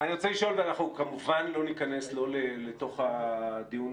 אני רוצה לשאול ואנחנו כמובן לא ניכנס לא לתוך הדיון